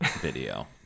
video